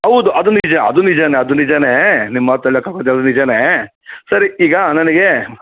ಹೌದು ಅದು ನಿಜ ಅದು ನಿಜವೇ ಅದು ನಿಜವೇ ನಿಮ್ಮ ಮಾತು ತಳ್ಳಕಾಗೋದಿಲ್ಲ ನಿಜವೇ ಸರಿ ಈಗ ನನಗೆ